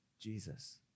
Jesus